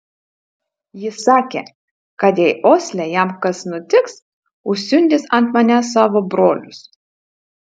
jis sakė kad jei osle jam kas nutiks užsiundys ant manęs savo brolius